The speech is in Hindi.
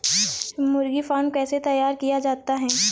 मुर्गी फार्म कैसे तैयार किया जाता है?